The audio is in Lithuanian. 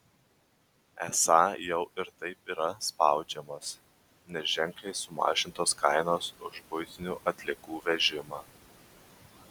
esą jau ir taip yra spaudžiamas nes ženkliai sumažintos kainos už buitinių atliekų vežimą